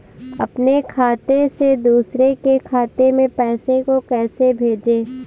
अपने खाते से दूसरे के खाते में पैसे को कैसे भेजे?